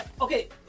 Okay